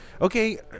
Okay